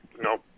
No